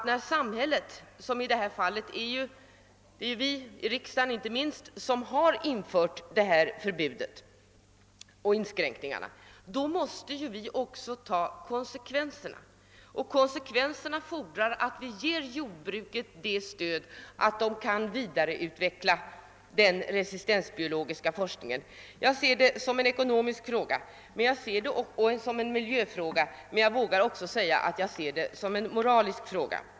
När samhället — inte minst vi här i riksdagen — infört ett förbud, måste vi också ta konsekvensen av det och konsekvensen fordrar att vi ger jordbruket ett sådant stöd att man kan vidareutveckla den resistensbiologiska forskningen. Jag ser detta som en ekonomisk fråga och en miljöfråga, men jag vågar säga att jag ser det också som en moralisk fråga.